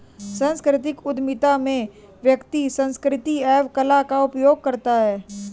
सांस्कृतिक उधमिता में व्यक्ति संस्कृति एवं कला का उपयोग करता है